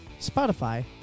Spotify